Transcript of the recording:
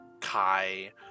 Kai